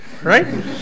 Right